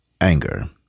Anger